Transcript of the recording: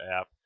app